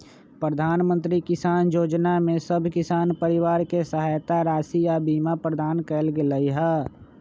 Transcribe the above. प्रधानमंत्री किसान जोजना में सभ किसान परिवार के सहायता राशि आऽ बीमा प्रदान कएल गेलई ह